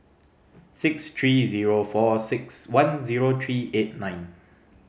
six three zero four six one zero three eight nine